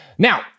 Now